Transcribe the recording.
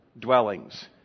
dwellings